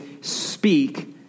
speak